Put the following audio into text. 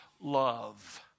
love